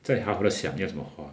在想要怎么花